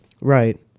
Right